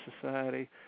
society